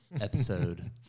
episode